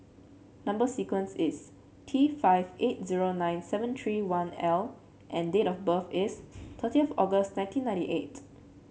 number sequence is T five eight zero nine seven three one L and date of birth is thirty of August nineteen ninety eight